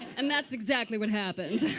and that's exactly what happened.